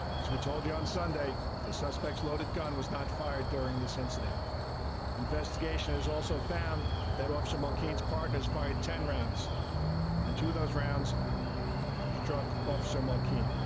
as we told you on sunday the suspects loaded gun was not fired during this incident investigation is also found that officer mccain's partners fired ten rounds and two of those rounds struck off. so monkey